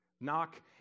Knock